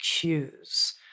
cues